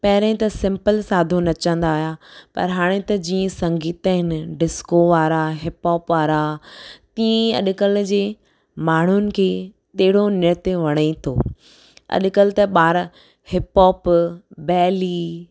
पहिरें त सिंपल साधो नचंदा हुआ पर हाणे त जीअं जीअं संगीत आहिनि डिस्को वारा आहिनि हिप हॉप वारा तीअं तीअं अॼुकल्ह जे माण्हुनि खे अहिड़ो नृत्य वणे थो अॼुकल्ह त ॿार हिप हॉप बैली